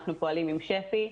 אנחנו פועלים עם שפ"י.